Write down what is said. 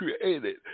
created